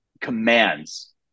commands